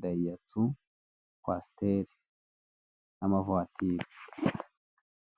dayihatso kwasiteri n'amavatiri.